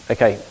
Okay